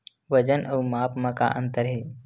वजन अउ माप म का अंतर हे?